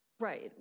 Right